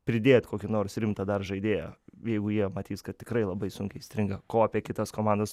pridėt kokį nors rimtą dar žaidėją jeigu jie matys kad tikrai labai sunkiai stringa ko apie kitas komandas